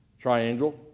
Triangle